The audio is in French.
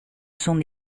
son